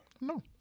no